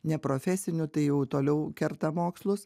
ne profesiniu tai jau toliau kerta mokslus